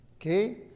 Okay